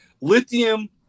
Lithium